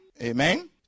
Amen